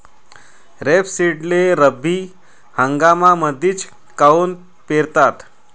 रेपसीडले रब्बी हंगामामंदीच काऊन पेरतात?